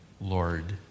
Lord